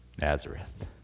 Nazareth